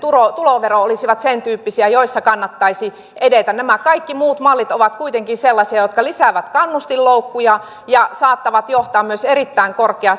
tulovero olisivat sen tyyppisiä joissa kannattaisi edetä nämä kaikki muut mallit ovat kuitenkin sellaisia jotka lisäävät kannustinloukkuja ja saattavat johtaa myös erittäin